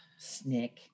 Snick